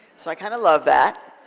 so i kinda love that.